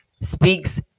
Speaks